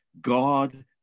God